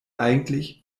eigentlich